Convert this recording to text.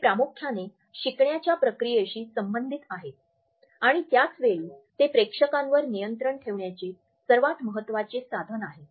ते प्रामुख्याने शिकण्याच्या प्रक्रियेशी संबंधित आहेत आणि त्याच वेळी ते प्रेक्षकांवर नियंत्रण ठेवण्याचे सर्वात महत्वाचे साधन आहे